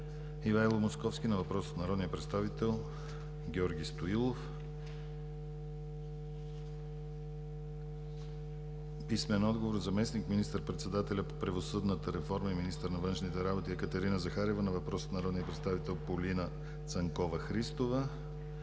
Ивайло Московски на въпрос от народния представител Георги Стоилов; - заместник министър-председателя по правосъдната реформа и министър на външните работи Екатерина Захариева на въпрос от народния представител Полина Цанкова-Христова;